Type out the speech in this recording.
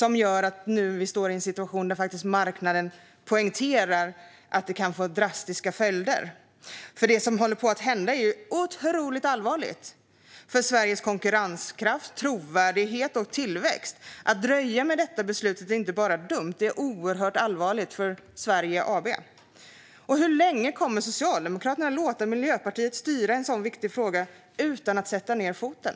Nu har vi alltså en situation där marknaden poängterar att det kan få drastiska följder. Det som håller på att hända är otroligt allvarligt för Sveriges konkurrenskraft, trovärdighet och tillväxt. Att dröja med detta beslut är inte bara dumt; det är oerhört allvarligt för Sverige AB. Hur länge kommer Socialdemokraterna låta Miljöpartiet styra i en sådan viktig fråga utan att sätta ned foten?